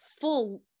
full